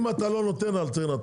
אם אתה לא נותן אלטרנטיבה,